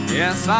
yes